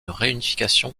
réunification